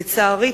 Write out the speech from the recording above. לצערי,